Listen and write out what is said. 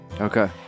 okay